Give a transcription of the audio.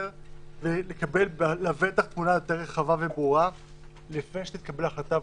ולבטח לקבל תמונה יותר רחבה וברורה לפני שתתקבל החלטה.